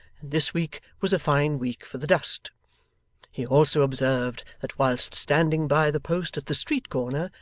and this week was a fine week for the dust he also observed that whilst standing by the post at the street-corner,